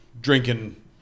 drinking